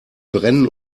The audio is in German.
brennen